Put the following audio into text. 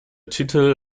titel